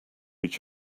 each